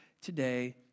today